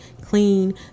clean